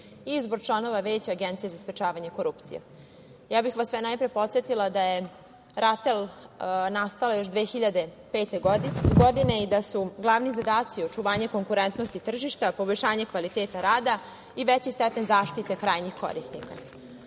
i izbor članova Veća Agencije za sprečavanje korupcije. Ja bih vas sve najpre podsetila da je RATEL nastao još 2005. godine i da su glavni zadaci očuvanje konkurentnosti tržišta, poboljšanje kvaliteta rada i veći stepen zaštite krajnjih korisnika. Kada